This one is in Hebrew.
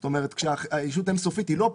זאת אומרת, כשהישות אין סופית היא לא פה.